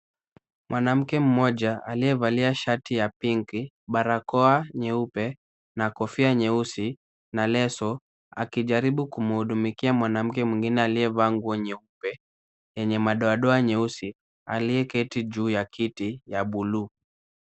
Mwanamke mmoja aliyevalia shati ya pinki, barakoa nyeupe na kofia nyeusi, na leso, akijaribu kumuudumikia mwanamke mwingine aliye vaa nguo nyeupe yenye madoadoa nyeusi, aliye keti juu ya kiti, ya buluu.